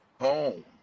home